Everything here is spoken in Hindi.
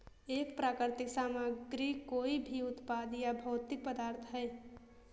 एक प्राकृतिक सामग्री कोई भी उत्पाद या भौतिक पदार्थ है